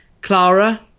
Clara